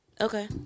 Okay